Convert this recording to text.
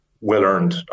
well-earned